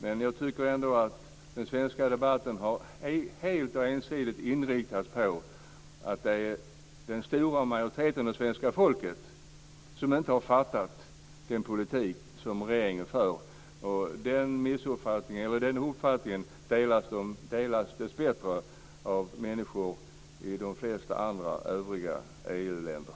Men jag tycker ändå att den svenska debatten ensidigt har inriktats på att den stora majoriteten av svenska folket inte har förstått den politik som regeringen för. Majoritetens uppfattningen delas dessbättre av människor i de flesta andra EU-länder.